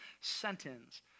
sentence